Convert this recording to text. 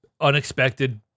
unexpected